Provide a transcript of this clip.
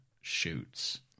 shoots